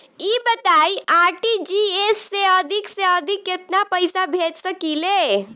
ई बताईं आर.टी.जी.एस से अधिक से अधिक केतना पइसा भेज सकिले?